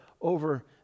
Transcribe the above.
over